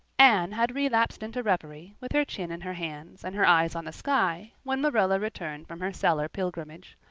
anne had relapsed into reverie, with her chin in her hands and her eyes on the sky, when marilla returned from her cellar pilgrimage.